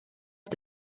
ist